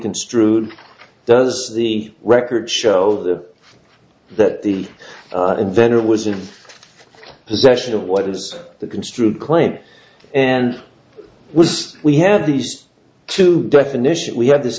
construed does the record show that that the inventor was in possession of what is the construed claim and was we have these two definitions we have this